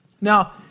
Now